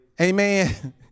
Amen